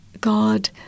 God